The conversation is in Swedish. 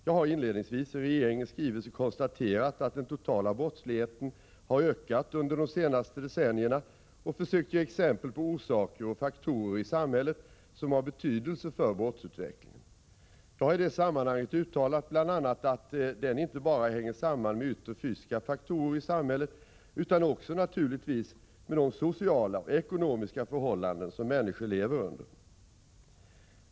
Jag har inledningsvis i regeringens skrivelse konstaterat att den totala brottsligheten har ökat under de senare decennierna och försökt ge exempel på orsaker och faktorer i samhället som har betydelse för brottsutvecklingen. Jag har i det sammanhanget uttalat bl.a. att den inte bara hänger samman med yttre fysiska faktorer i samhället utan också naturligtvis med de sociala och ekonomiska förhållanden som människor lever under.